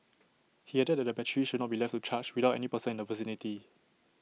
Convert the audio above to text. he added that the batteries should not be left to charge without any person in the vicinity